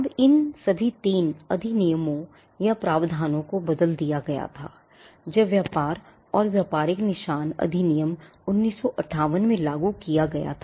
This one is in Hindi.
जब व्यापार और व्यापारिक निशान अधिनियम 1958 में लागू किया गयाइन सभी 3 अधिनियमों या प्रावधानों को बदल दिया गया था